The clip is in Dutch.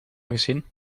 gezien